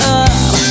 up